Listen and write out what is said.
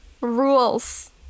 rules